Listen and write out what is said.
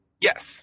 yes